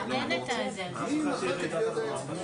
זאת אומרת שאם אנחנו נשנה את התקנות ככה